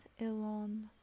alone